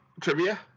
trivia